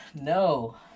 No